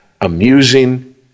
amusing